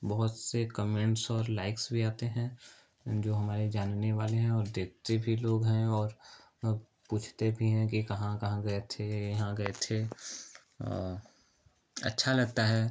बहुत से कमेंट्स और लाइक्स भी आते हैं जो हमारे जानने वाले हैं और देखते भी लोग हैं और पूछते भी हैं कि कहाँ कहाँ गए थे यहाँ गए थे अच्छा लगता है